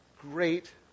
great